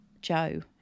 Joe